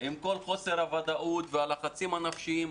עם כל חוסר הוודאות והלחצים הנפשיים.